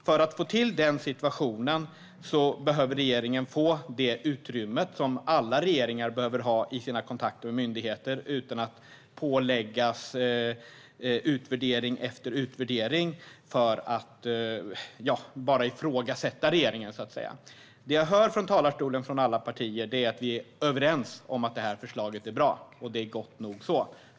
För att få till den situationen behöver regeringen få det utrymme alla regeringar behöver i sina kontakter med myndigheter utan att påläggas utvärdering efter utvärdering enbart i syfte att ifrågasätta regeringen. Det jag hör från alla partier i talarstolen är att vi är överens om att förslaget är bra. Det är gott så.